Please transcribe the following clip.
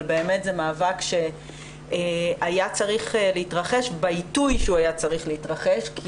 אבל באמת זה מאבק שהיה צריך להתרחש בעיתוי שהוא היה צריך להתרחש כי